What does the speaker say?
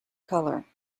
color